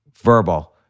verbal